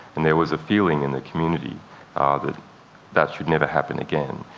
and there was a feeling in the community that that should never happen again,